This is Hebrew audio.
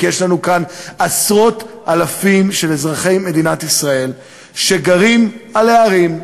כי יש לנו כאן עשרות-אלפים של אזרחי מדינת ישראל שגרים על ההרים,